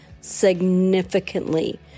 significantly